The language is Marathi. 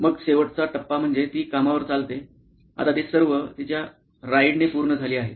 मग शेवटचा टप्पा म्हणजे ती कामावर चालते आता ती सर्व तिच्या राईडने पूर्ण झाली आहे